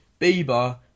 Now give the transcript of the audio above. Bieber